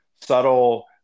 subtle